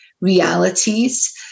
realities